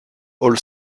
all